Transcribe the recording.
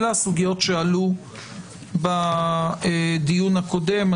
אלה הסוגיות שעלו בדיון הקודם.